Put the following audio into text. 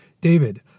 David